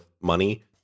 money